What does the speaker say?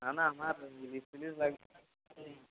না না আমার ইলিশ ফিলিশ লাগবে না এই